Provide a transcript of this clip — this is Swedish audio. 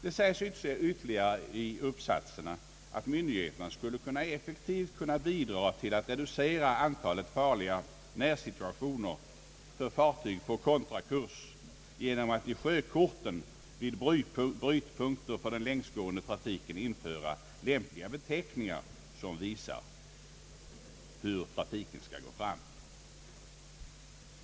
Det sägs ytterligare i uppsatsen i Sjöfartstidningen att myndigheterna effektivt skulle kunna bidra till att reducera antalet farliga närsituationer för fartyg på kontrakurs genom att i sjökorten vid brytpunkter för den längsgående trafiken införa lämpliga beteckningar, som visar hur trafiken skall gå fram.